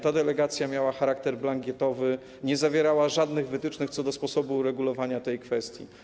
Ta delegacja miała charakter blankietowy, nie zawierała żadnych wytycznych co do sposobu regulowania tej kwestii.